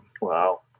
Wow